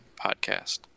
podcast